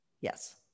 Yes